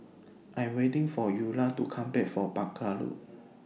I Am waiting For Eula to Come Back from Barker Road